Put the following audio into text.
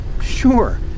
Sure